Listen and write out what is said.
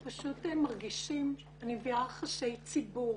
אני מביעה רחשי ציבור,